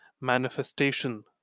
manifestation